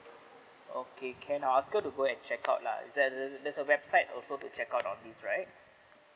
okay can I ask her go and check out lah is there there's a website also to check out on this right